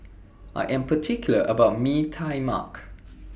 I Am particular about Mee Tai Mak